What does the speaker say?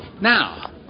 now